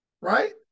right